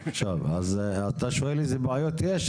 אז אתה שואל איזה בעיות יש?